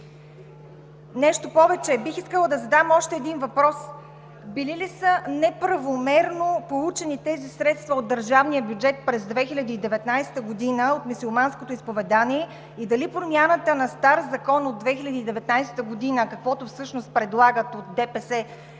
Нещо повече, бих искала да задам още един въпрос: били ли са неправомерно получени тези средства от държавния бюджет през 2019 г. от мюсюлманското изповедание и дали промяната на стар закон от 2019 г., каквото всъщност предлагат от ДПС